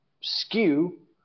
skew